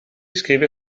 scrive